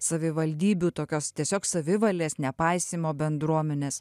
savivaldybių tokios tiesiog savivalės nepaisymo bendruomenės